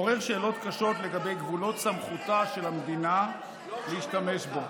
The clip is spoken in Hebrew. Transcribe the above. מעורר שאלות קשות לגבי גבולות סמכותה של המדינה להשתמש בו.